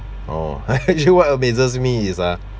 oh actually what amazes me is ah